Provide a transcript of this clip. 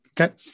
Okay